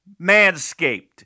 Manscaped